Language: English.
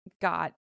got